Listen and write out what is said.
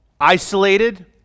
isolated